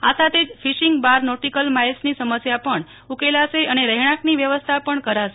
આ સાથે જ ફીર્શીંગ બાર નોકટીકલ માઈલ્સની સમસ્યા પણ ઉકેલાશે અને રહેણાંકની વ્યવસ્થા પણ કરાશે